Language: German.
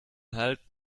halt